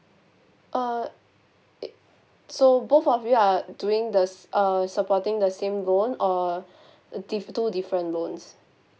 uh it so both of you are doing the uh supporting the same loan or diff~ two different loans